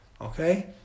okay